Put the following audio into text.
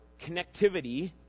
connectivity